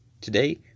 Today